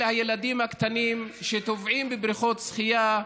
שאלה הילדים הקטנים שטובעים בבריכות שחייה,